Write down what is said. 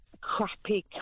crappy